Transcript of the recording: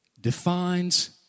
defines